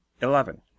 eleven